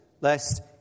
lest